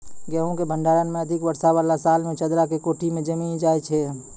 गेहूँ के भंडारण मे अधिक वर्षा वाला साल मे चदरा के कोठी मे जमीन जाय छैय?